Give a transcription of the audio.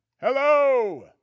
Hello